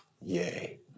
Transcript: Yay